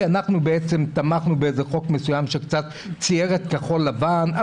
אנחנו בעצם תמכנו בחוק מסוים שקצת ציער את כחול לבן.